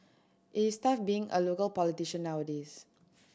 it is tough being a local politician nowadays